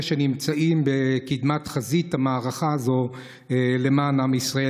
שנמצאים בקדמת חזית המערכה הזאת למען עם ישראל.